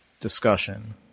discussion